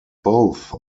both